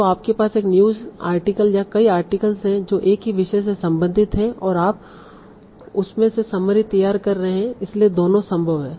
तो आपके पास एक न्यूज़ आर्टिकल या कई आर्टिकल्स हैं जो एक ही विषय से संबंधित हैं और आप उसमें से समरी तैयार कर रहे हैं इसलिए दोनों संभव हैं